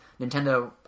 Nintendo